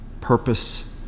purpose